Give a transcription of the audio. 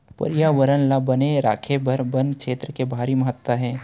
परयाबरन ल बने राखे बर बन छेत्र के भारी महत्ता हे